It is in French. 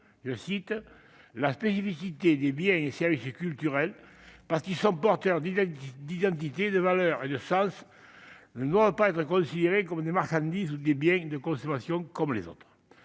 affirme la « spécificité des biens et services culturels qui, parce qu'ils sont porteurs d'identité, de valeurs et de sens, ne doivent pas être considérés comme des marchandises ou des biens de consommation comme les autres ».